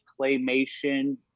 claymation